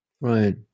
Right